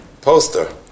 poster